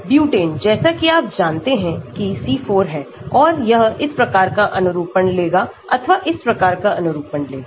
butane जैसा कि आप जानते हैं कि C4 है और यह इस प्रकार का अनुरूपणलेगा अथवा यह इस प्रकार का अनुरूपणलेगा